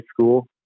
school